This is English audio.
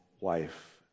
wife